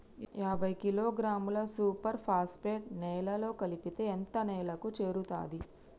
యాభై కిలోగ్రాముల super phosphate నేలలో కలిపితే ఎంత నేలకు చేరుతది?